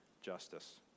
justice